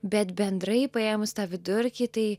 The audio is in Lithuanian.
bet bendrai paėmus tą vidurkį tai